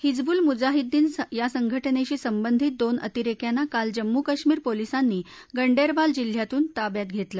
हिजबुल मुजाहिदीन यासंघटनेशी संबधीत दोन अतिरेक्यांना काल जम्मू काश्मीर पोलिसांनी गंडेरबाल जिल्ह्यातून ताब्यात घेतलं